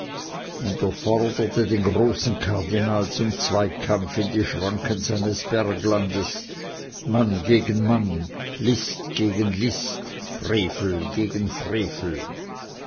und er forderte den großen kardinal zum zweikampf in die schranken seines berglandes mann gegen mann list gegen list frevel gegen frevel